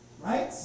Right